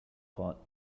pot